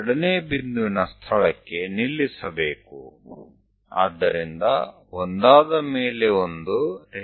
અને તે 2 ને જ્યાં છેદે છે ત્યાં રોકાઇશું